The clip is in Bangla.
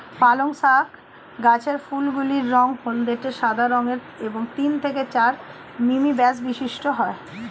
পালং শাক গাছের ফুলগুলি রঙ হলদেটে সাদা রঙের এবং তিন থেকে চার মিমি ব্যাস বিশিষ্ট হয়